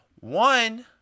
One